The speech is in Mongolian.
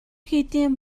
хийдийн